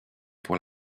pour